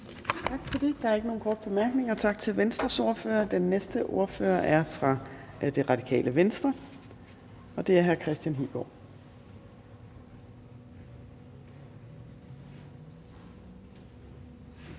Tak for det. Der er ikke flere korte bemærkninger. Tak til Venstres ordfører. Den næste ordfører er fra Radikale Venstre, og det er hr. Martin Lidegaard.